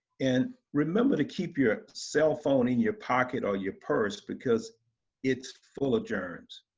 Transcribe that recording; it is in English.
and remember to keep your cell phone in your pocket or your purse because it's full of germs.